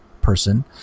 person